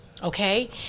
Okay